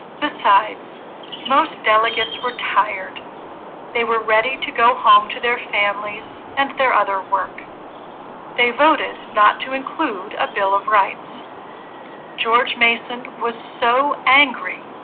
besides most delegates were tired they were ready to go home to their families and their other work they voted not to include a bill of rights george mason was so angry.